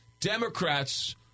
Democrats